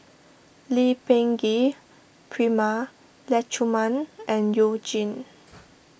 Lee Peh Gee Prema Letchumanan and You Jin